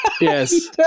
Yes